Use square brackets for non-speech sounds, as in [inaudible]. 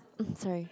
[noise] sorry